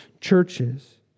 churches